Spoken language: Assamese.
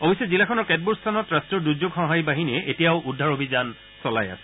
অৱশ্যে জিলাখনৰ কেতবোৰ স্থানত ৰাষ্ট্ৰীয় দূৰ্যোগ সঁহাৰি বাহিনীয়ে এতিয়াও উদ্ধাৰ অভিযান চলাই আছে